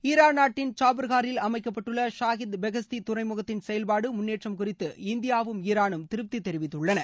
Iran நாட்டின் சாபகாரில் அமைக்கப்பட்டுள்ள ஷாகித் பெகஸ்தி துறைமுகத்தின் செயல்பாட்டு முன்னேற்றம் குறித்து இந்தியாவும் ஈரானும் திருப்தி தெரிவித்துள்ளன